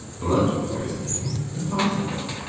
blood-poisoning! impossible.